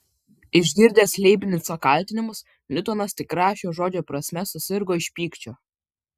išgirdęs leibnico kaltinimus niutonas tikrąja šio žodžio prasme susirgo iš pykčio